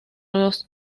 los